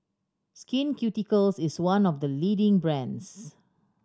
Skin Ceuticals is one of the leading brands